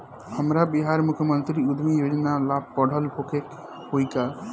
हमरा बिहार मुख्यमंत्री उद्यमी योजना ला पढ़ल होखे के होई का?